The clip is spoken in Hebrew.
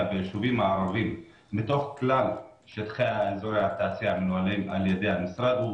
ביישובים הערביים מתוך כלל שטחי אזורי התעשייה שמנוהלים על ידי המשרד הוא